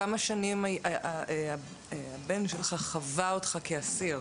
כמה שנים הבן שלך חווה אותך כאסיר?